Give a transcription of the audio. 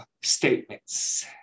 statements